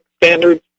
standards